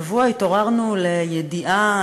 השבוע התעוררנו לידיעה,